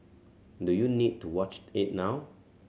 do you need to watch it now